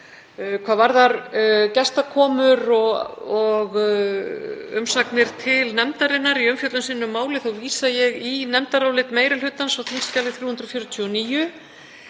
Hvað varðar gestakomur og umsagnir til nefndarinnar í umfjöllun sinni um málið. Þá vísa ég í nefndarálit meiri hlutans á þskj. 349.